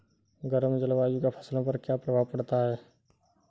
गर्म जलवायु का फसलों पर क्या प्रभाव पड़ता है?